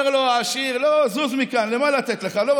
אומר לו העשיר: לא, זוז מכאן, למה לתת לך?